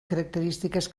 característiques